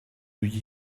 you